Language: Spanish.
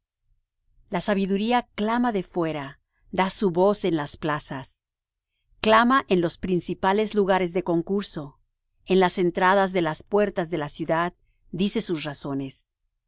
la sabiduría clama de fuera da su voz en las plazas clama en los principales lugares de concurso en las entradas de las puertas de la ciudad dice sus razones